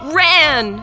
ran